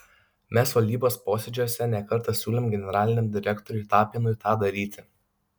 mes valdybos posėdžiuose ne kartą siūlėm generaliniam direktoriui tapinui tą daryti